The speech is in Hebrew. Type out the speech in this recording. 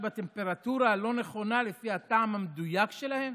בטמפרטורה הלא-נכונה לפי הטעם המדויק שלהם?